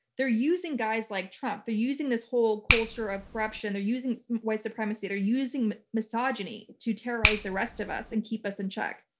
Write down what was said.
they're using guys like trump, they're using this whole culture of corruption, they're using white supremacy, they're using misogyny, to terrorize the rest of us and keep us in check.